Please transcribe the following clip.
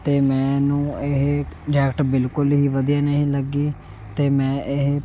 ਅਤੇ ਮੈਨੂੰ ਇਹ ਜੈਕਟ ਬਿਲਕੁਲ ਹੀ ਵਧੀਆ ਨਹੀਂ ਲੱਗੀ ਅਤੇ ਮੈਂ ਇਹ